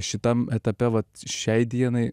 šitam etape vat šiai dienai